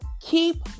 keep